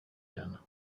den